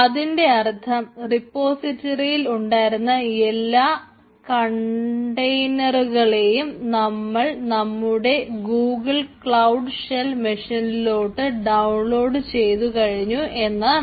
അതിൻറെ അർത്ഥം റപ്പോസിറ്ററിയിൽ ഉണ്ടായിരുന്ന എല്ലാ കണ്ടന്റുകളെയും നമ്മൾ നമ്മുടെ ഗൂഗിൾ ക്ലൌഡ് ഷെൽ മെഷീനിലോട്ട് ഡൌൺലോഡ് ചെയ്തു കഴിഞ്ഞു എന്നാണ്